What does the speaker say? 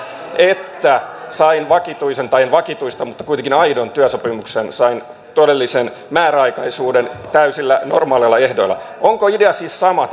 että sain vakituisen tai ei vakituista mutta kuitenkin aidon työsopimuksen sain todellisen määräaikaisuuden täysillä normaaleilla ehdoilla onko idea siis sama